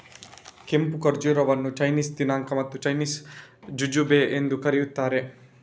ಕೆಂಪು ಖರ್ಜೂರವನ್ನು ಚೈನೀಸ್ ದಿನಾಂಕ ಮತ್ತು ಚೈನೀಸ್ ಜುಜುಬೆ ಎಂದೂ ಕರೆಯುತ್ತಾರೆ